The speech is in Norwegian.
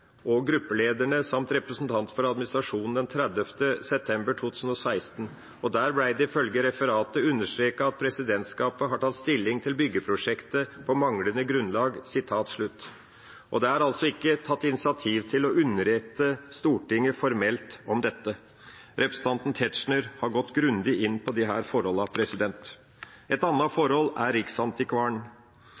og gruppelederne samt representanter for administrasjonen den 30. september 2016, og der ble det ifølge referatet «understreket at presidentskapet har tatt stilling til et byggeprosjekt på manglende grunnlag». Det er altså ikke tatt initiativ til å underrette Stortinget formelt om dette. Representanten Tetzschner har gått grundig inn på disse forholdene. Et annet forhold er Riksantikvaren.